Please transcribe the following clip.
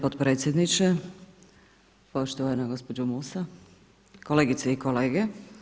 potpredsjedniče, poštovana gospođo Musa, kolegice i kolege.